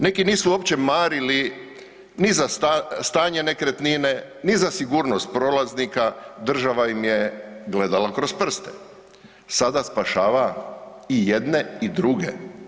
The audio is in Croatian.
Neki nisu uopće marili ni za stanje nekretnine, ni za sigurnost prolaznika, država im je gledala kroz prste, sada spašava i jedne i druge.